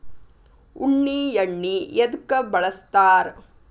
ಉಣ್ಣಿ ಎಣ್ಣಿ ಎದ್ಕ ಬಳಸ್ತಾರ್?